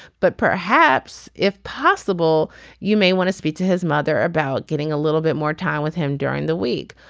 but perhaps if possible you may want to speak to his mother about getting a little bit more time with him during the week.